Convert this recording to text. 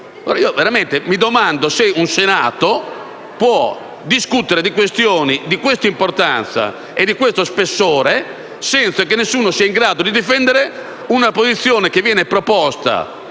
Mi domando se il Senato possa discutere di questioni di una tale importanza e spessore senza che nessuno sia in grado di difendere una posizione che viene proposta